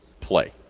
play